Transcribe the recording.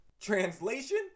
Translation